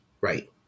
Right